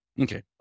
Okay